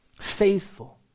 faithful